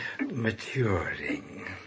maturing